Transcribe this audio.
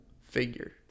figure